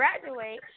graduate